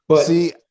See